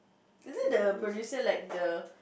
is it the producer like the